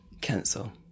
Cancel